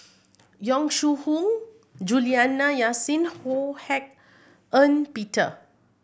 Yong Shu Hoong Juliana Yasin Ho Hak Ean Peter